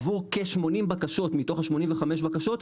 עבור כ-80 בקשות מתוך ה-85 בקשות,